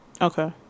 Okay